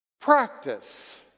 Practice